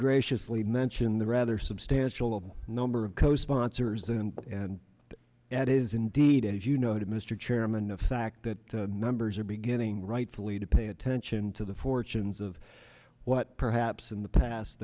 graciously mention the rather substantial number of co sponsors then and it is indeed as you noted mr chairman of fact that numbers are beginning rightfully to pay attention to the fortunes of what perhaps in the past